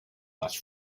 las